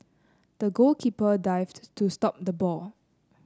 the goalkeeper dived to stop the ball